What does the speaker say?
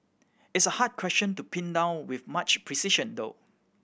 it's a hard question to pin down with much precision though